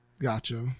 Gotcha